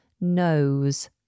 nose